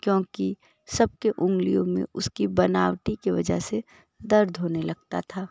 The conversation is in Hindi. क्योंकि सबके उंगलियों में उसकी बनावटी के वजह से दर्द होने लगता था